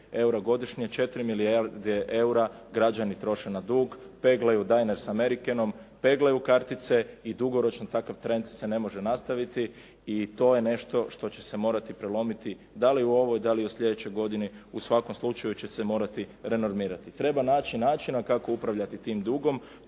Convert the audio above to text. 4 milijarde eura građani troše na dug, peglaju Diners Americanom, peglaju kartice i dugoročno takav trend se ne može nastaviti i to je nešto što će se morati prelomiti da li u ovoj, da li u sljedećoj godini. U svakom slučaju će se morati renormirati. Treba naći načina kako upravljati tim dugom.